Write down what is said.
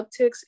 upticks